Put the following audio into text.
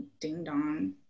ding-dong